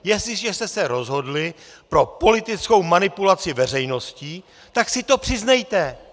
Jestliže jste se rozhodli pro politickou manipulaci veřejnosti, tak si to přiznejte!